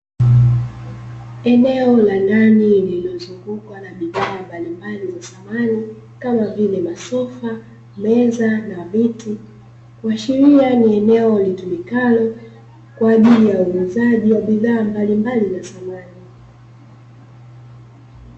Eneo la ndani lililozungukwa na bidhaa mbalimbali za samani, kama vile: masofa, meza na viti, kuashiria ni eneo litumikalo kwa ajili ya uuzaji wa bidhaa mbalimbali za samani.